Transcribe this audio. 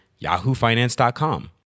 yahoofinance.com